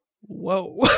whoa